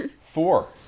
Four